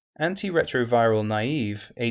antiretroviral-naive